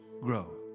grow